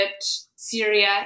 Syria